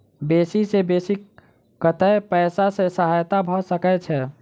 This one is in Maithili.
बेसी सऽ बेसी कतै पैसा केँ सहायता भऽ सकय छै?